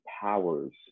powers